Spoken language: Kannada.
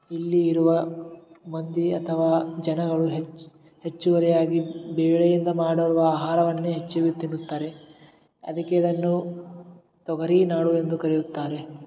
ಇಲ್ಲಿ ಇರುವ ಮಂದಿ ಅಥವಾ ಜನಗಳು ಹೆಚ್ಚು ಹೆಚ್ಚುವರಿಯಾಗಿ ಬೇಳೆಯಿಂದ ಮಾಡುವ ಆಹಾರವನ್ನೇ ಹೆಚ್ಚಿಗೆ ತಿನ್ನುತ್ತಾರೆ ಅದಕ್ಕೆ ಇದನ್ನು ತೊಗರೀ ನಾಡು ಎಂದು ಕರೆಯುತ್ತಾರೆ